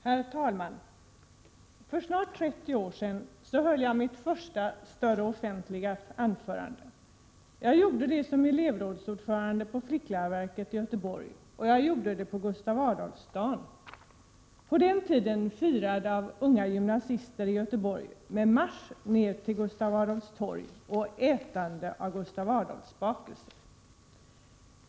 Herr talman! För snart 30 år sedan höll jag mitt första större, offentliga anförande. Jag gjorde det som elevrådsordförande på Flickläroverket i Göteborg, och jag gjorde det på Gustaf Adolfsdagen — på den tiden firad av unga gymnasister med marsch ner till Gustaf Adolfs torg och ätande av Gustaf Adolfs-bakelser.